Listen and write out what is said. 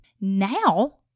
Now